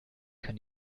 kann